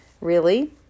Really